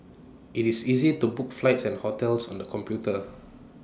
IT is easy to book flights and hotels on the computer